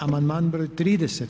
Amandman broj 30.